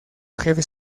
jefe